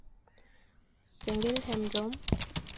ᱥᱮᱸᱜᱮᱞ ᱦᱮᱢᱵᱨᱚᱢ